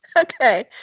Okay